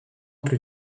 plus